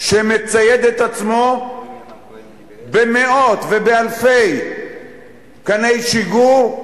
שמצייד את עצמו במאות ובאלפי כני שיגור,